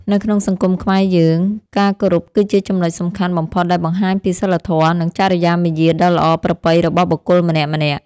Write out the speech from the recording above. នៅក្នុងសង្គមខ្មែរយើងការគោរពគឺជាចំណុចសំខាន់បំផុតដែលបង្ហាញពីសីលធម៌និងចរិយាមារយាទដ៏ល្អប្រពៃរបស់បុគ្គលម្នាក់ៗ។